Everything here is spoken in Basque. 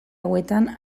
hauetan